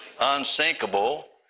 unsinkable